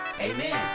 Amen